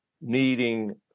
needing